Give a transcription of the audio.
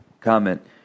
Comment